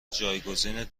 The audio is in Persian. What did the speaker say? جایگزین